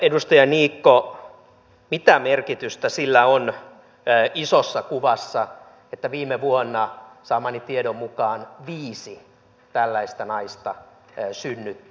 edustaja niikko mitä merkitystä sillä on isossa kuvassa että viime vuonna saamani tiedon mukaan viisi tällaista naista synnytti